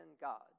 God